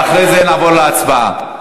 ואחרי זה נעבור להצבעה.